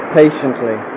patiently